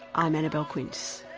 i'm annabelle quince